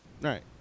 Right